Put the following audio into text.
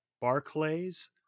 Barclays